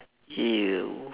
!eww!